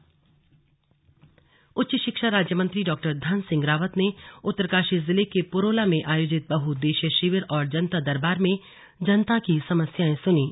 slug Dhan Singh Rawat उच्च शिक्षा राज्य मंत्री डॉ धन सिंह रावत ने उत्तरकाशी जिले के पुरोला में आयोजित बहउद्देश्यीय शिविर और जनता दरबार में जनता की समस्याएं सुनीं